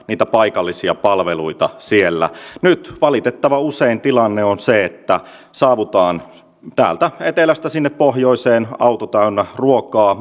niitä paikallisia palveluita siellä nyt valitettavan usein tilanne on se että saavutaan täältä etelästä sinne pohjoiseen auto täynnä ruokaa